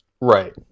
Right